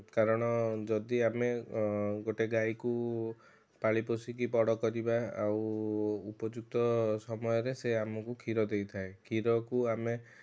କାରଣ ଯଦି ଆମେ ଗୋଟେ ଗାଈକୁ ପାଳିପୋଷିକି ବଡ଼ କରିବା ଆଉ ଉପଯୁକ୍ତ ସମୟରେ ସେ ଆମକୁ କ୍ଷୀର ଦେଇଥାଏ କ୍ଷୀରକୁ ଆମେ